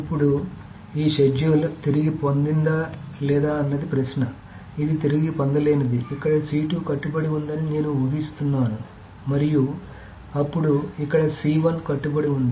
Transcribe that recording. ఇప్పుడు ఈ షెడ్యూల్ తిరిగి పొందవచ్చా లేదా అన్నది ప్రశ్న ఇది తిరిగి పొందలేనిది ఇక్కడ కట్టుబడి ఉందని నేను ఊహిస్తున్నాను మరియు అప్పుడు ఇక్కడ కట్టుబడి ఉంది